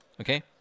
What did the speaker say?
Okay